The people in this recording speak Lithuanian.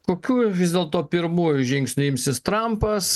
kokių vis dėlto pirmųjų žingsnių imsis trampas